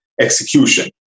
execution